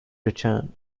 return